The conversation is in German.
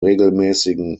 regelmäßigen